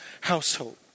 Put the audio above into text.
household